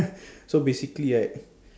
so basically right